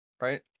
right